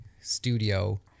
studio